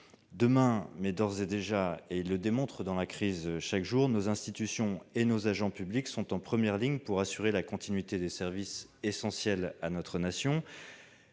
essentiel. Mais d'ores et déjà, et ils le démontrent dans la crise, nos institutions et nos agents publics sont aujourd'hui en première ligne pour assurer la continuité des services essentiels à notre nation.